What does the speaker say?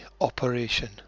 operation